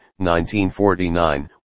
1949